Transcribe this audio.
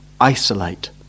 isolate